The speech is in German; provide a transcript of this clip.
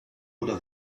oder